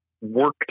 work